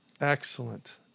Excellent